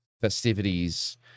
festivities